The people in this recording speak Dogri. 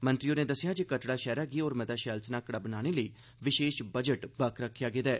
मंत्री होरें दस्सेआ जे कटड़ा शैहरै गी होर मता शैल सनाह्कड़ा बनाने लेई विशेष बजट बक्ख रक्खेआ गेदा ऐ